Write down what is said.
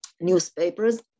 newspapers